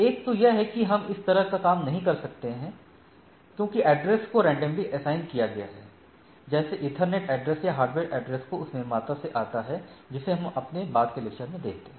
एक तो यह है कि हम इस तरह का काम नहीं कर सकते हैं क्योंकि एड्रेस को रेंडमली असाइन किया गया है जैसे ईथरनेट एड्रेस या हार्डवेयर एड्रेस जो उस निर्माता से आता है जिसे हम अपने बाद के लेक्चर में देखते हैं